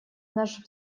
наш